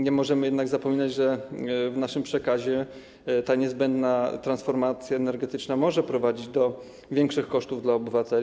Nie możemy jednak zapominać, że w naszym przekazie ta niezbędna transformacja energetyczna może prowadzić do większych kosztów dla obywateli.